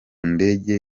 ndege